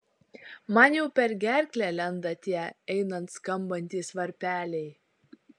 man jau per gerklę lenda tie einant skambantys varpeliai